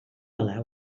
hala